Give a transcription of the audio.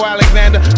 Alexander